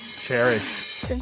Cherish